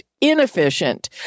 inefficient